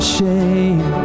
shame